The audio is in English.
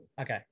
Okay